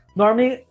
normally